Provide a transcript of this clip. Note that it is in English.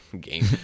game